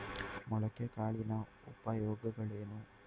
ಮೊಳಕೆ ಕಾಳಿನ ಉಪಯೋಗಗಳೇನು?